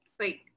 wait